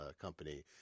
company